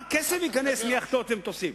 חוץ מזה, כמה כסף ייכנס מיאכטות ומטוסים?